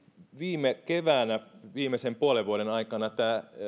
viime keväänä viimeisen puolen vuoden aikana näiden